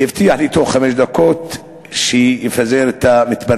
והוא הבטיח לי שבתוך חמש דקות יפזר את המתפרעים.